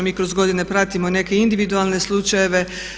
Mi kroz godine pratimo neke individualne slučajeve.